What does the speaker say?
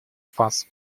фаз